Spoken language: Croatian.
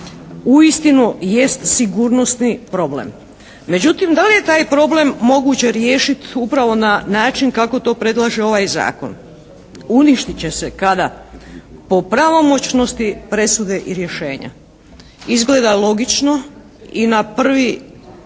uistinu jest sigurnosni problem. Međutim, da li je taj problem moguće riješiti upravo na način kako to predlaže ovaj zakon. Uništit će se kada po pravomoćnosti presude i rješenja. Izgleda logično i na prvi